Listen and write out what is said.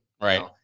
Right